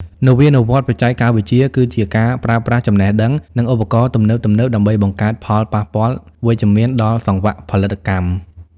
នវានុវត្តន៍បច្ចេកវិទ្យាគឺជាការប្រើប្រាស់ចំណេះដឹង និងឧបករណ៍ទំនើបៗដើម្បីបង្កើតផលប៉ះពាល់វិជ្ជមានដល់សង្វាក់ផលិតកម្ម។